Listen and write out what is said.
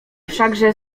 wszakże